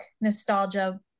nostalgia